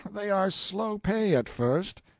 they are slow pay at first,